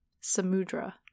Samudra